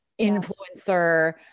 influencer